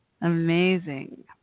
Amazing